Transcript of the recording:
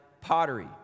pottery